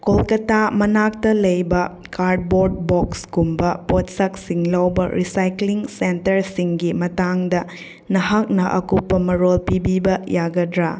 ꯀꯣꯜꯀꯇꯥ ꯃꯅꯥꯛꯇ ꯂꯩꯕ ꯀꯥꯔꯠꯕꯣꯠ ꯕꯣꯛꯁꯀꯨꯝꯕ ꯄꯣꯠꯁꯛꯁꯤꯡ ꯂꯧꯕ ꯔꯤꯁꯥꯏꯀ꯭ꯂꯤꯡ ꯁꯦꯟꯇꯔꯁꯤꯡꯒꯤ ꯃꯇꯥꯡꯗ ꯅꯍꯥꯛꯅ ꯑꯀꯨꯞꯄ ꯃꯔꯣꯜ ꯄꯤꯕꯤꯕ ꯌꯥꯒꯗ꯭ꯔꯥ